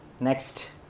Next